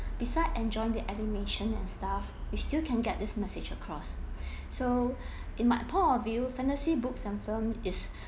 besides enjoying the animation and stuff we still can get this message across so in my point of view fantasy books and film is